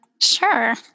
Sure